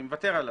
אני מוותר עליו,